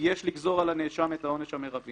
יש לגזור על הנאשם את העונש המירבי.